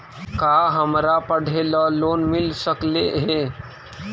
का हमरा पढ़े ल लोन मिल सकले हे?